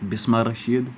Bisma Rashid